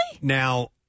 Now